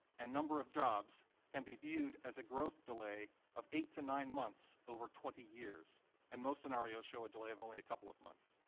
and number of jobs can be viewed as a growth delay of eight to nine months over twenty years and most scenarios show a delay of only a couple of months.